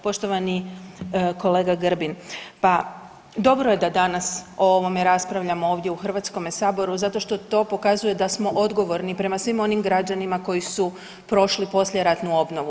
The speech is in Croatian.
Poštovani kolega Grbin, pa dobro je da danas ovdje o ovome raspravljamo ovdje u Hrvatskome saboru zato što to pokazuje da smo odgovorni prema svim onim građanima koji su prošli poslijeratnu obnovu.